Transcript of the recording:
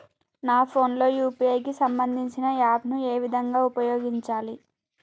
నా ఫోన్ లో యూ.పీ.ఐ కి సంబందించిన యాప్ ను ఏ విధంగా ఉపయోగించాలి?